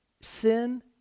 sin